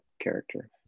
character